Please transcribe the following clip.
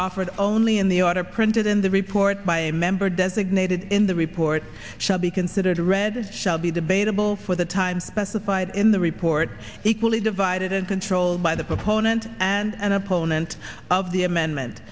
offered only in the order printed in the report by a member designated in the report shall be considered read shall be debatable for the time specified in the report equally divided and controlled by the proponent and opponent of the amendment